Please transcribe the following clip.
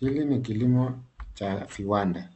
Hili ni kilimo cha viwanda.